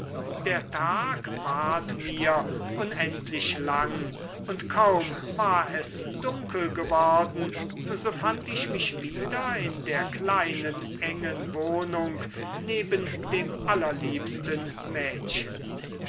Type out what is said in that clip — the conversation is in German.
der tag ward mir unendlich lang und kaum war es dunkel geworden so fand ich mich wieder in der kleinen engen wohnung neben dem allerliebsten mädchen